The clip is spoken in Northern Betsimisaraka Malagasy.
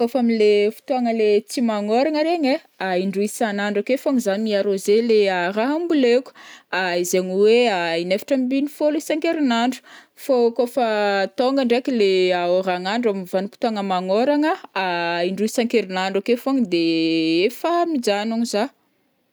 Kaofa amin' le fotoagna le tsy magnoragna regny ai, in-droa isan'andro akeo fogna zah mi-arroser le raha amboleko, izaigny hoe in-efatra ambiny fôlo isan-kerin'andro, fao kaofa tonga ndraiky le oragn'andro amin' vanim-potoagna magnoragna, in-droa isan-kerin'andro akeo fogna de efa mijanogno zah.